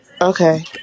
okay